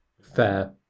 Fair